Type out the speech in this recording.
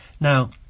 Now